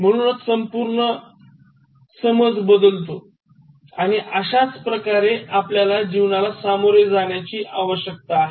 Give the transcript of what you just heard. म्हणूनच संपूर्ण समज बदलतो आणि अशाच प्रकारे आपल्याला जीवनाला सामोरे जाण्याची आवश्यकता आहे